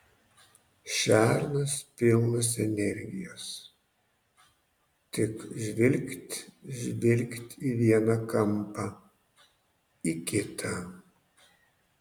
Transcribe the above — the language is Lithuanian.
šernas pilnas energijos tik žvilgt žvilgt į vieną kampą į kitą